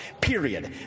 period